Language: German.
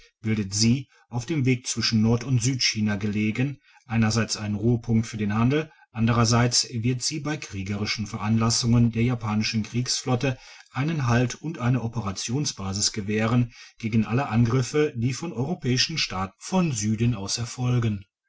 bildet sie auf dem wege zwischen nord und südchina gelegen einerseits einen ruhepunkt für den handel andrerseits wird sie bei kriegerischen veranlassungen der japanischen kriegsflotte einen halt und eine operationsbasis gewähren gegen alle angriffe die von europäischen staaten von süden aus erfolgen